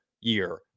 year